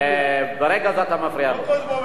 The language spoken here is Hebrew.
ברגע זה אתה מפריע לו.